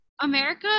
America